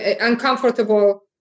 uncomfortable